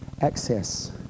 access